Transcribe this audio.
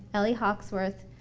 ellie hawksworth,